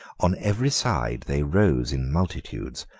on every side they rose in multitudes,